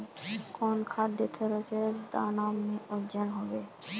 कौन खाद देथियेरे जे दाना में ओजन होते रेह?